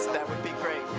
that would be great.